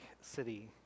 City